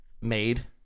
made